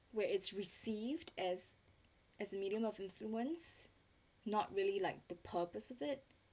where it's received as as a medium of influence not really like the purpose of it